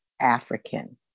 African